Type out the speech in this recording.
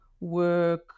work